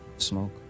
Smoke